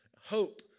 hope